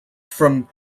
from